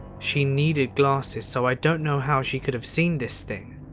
she needed glasses, so i don't know how she could have seen this thing,